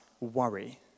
worry